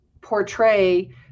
portray